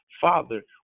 father